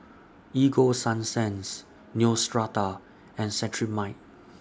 Ego Sunsense Neostrata and Cetrimide